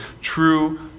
True